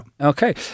Okay